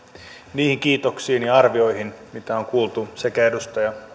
niihin kiitoksiin ja arvioihin mitä on kuultu sekä edustaja